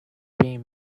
being